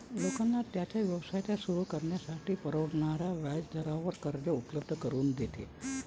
लोकांना त्यांचा व्यवसाय सुरू करण्यासाठी परवडणाऱ्या व्याजदरावर कर्ज उपलब्ध करून देते